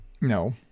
No